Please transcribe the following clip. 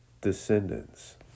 descendants